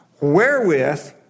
wherewith